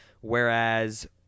whereas